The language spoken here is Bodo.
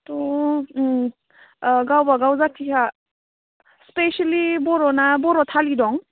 थ' ओं गावबागाव जाथिया स्पेसेलि बर'ना बर' थालि दं